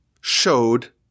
showed